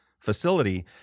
facility